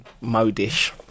modish